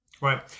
Right